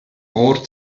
ort